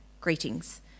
Greetings